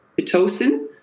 Pitocin